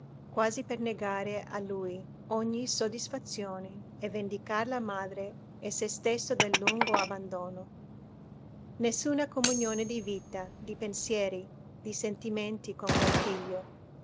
quasi per negare a lui ogni soddisfazione e vendicar la madre e se stesso del lungo abbandono nessuna comunione di vita di pensieri di sentimenti con quel figlio